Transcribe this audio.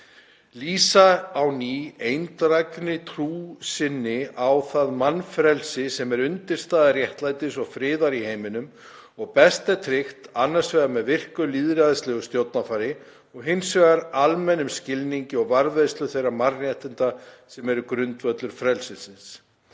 lýsa á ný eindreginni trú sinni á það mannfrelsi, sem er undirstaða réttlætis og friðar í heiminum og best er tryggt, annars vegar með virku, lýðræðislegu stjórnarfari og, hins vegar, almennum skilningi og varðveislu þeirra mannréttinda, sem eru grundvöllur frelsisins;